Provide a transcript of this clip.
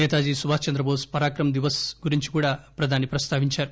నేతాజీ సుభాస్ చంద్రటోస్ పరాక్రమ్ దివస్ గురించి కూడా ప్రధాని ప్రస్తావించారు